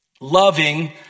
loving